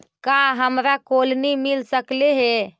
का हमरा कोलनी मिल सकले हे?